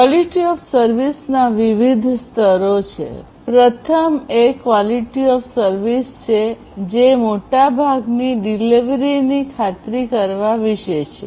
ક્યુઓએસના વિવિધ સ્તરો છે પ્રથમ એ ક્યુઓએસ છે જે મોટાભાગની ડિલિવરીની ખાતરી કરવા વિશે છે